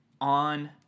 on